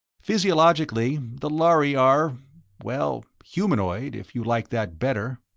physiologically, the lhari are well, humanoid, if you like that better.